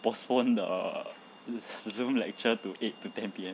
postpone the zoom lecture to eight to ten P_M